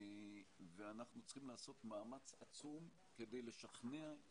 ואנחנו צריכים לעשות מאמץ עצום כדי לשכנע את